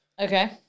Okay